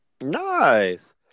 Nice